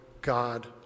God